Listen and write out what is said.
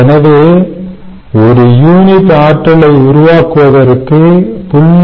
எனவே 1 யூனிட் ஆற்றலை உருவாக்குவதற்கு 0